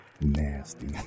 Nasty